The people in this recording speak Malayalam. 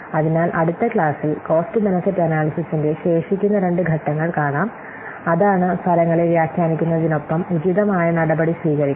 അതിനാൽ അടുത്ത ക്ലാസ്സിൽ കോസ്റ്റ് ബെനിഫിറ്റ് അനാല്യ്സിസ്ന്റെ ശേഷിക്കുന്ന രണ്ട് ഘട്ടങ്ങൾ കാണാം അതാണ് ഫലങ്ങളെ വ്യാഖ്യാനിക്കുന്നതിനൊപ്പം ഉചിതമായ നടപടി സ്വീകരിക്കുന്നത്